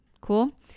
Cool